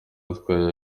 atwaye